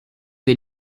wir